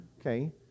okay